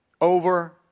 over